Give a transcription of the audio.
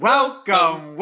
Welcome